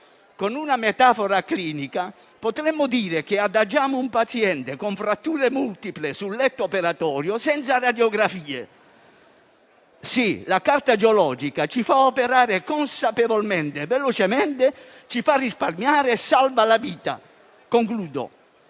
Con una metafora clinica, potremmo dire che adagiamo un paziente con fratture multiple sul letto operatorio senza radiografie. Sì, la carta geologica ci fa operare consapevolmente e velocemente, ci fa risparmiare e salva la vita. Concludo: